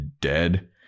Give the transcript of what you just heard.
dead